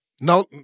No